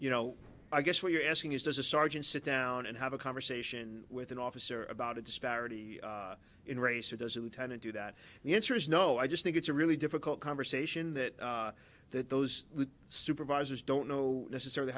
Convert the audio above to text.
you know i guess what you're asking is does a sergeant sit down and have a conversation with an officer about a disparity in race or does a lieutenant do that the answer is no i just think it's a really difficult conversation that that those supervisors don't know necessarily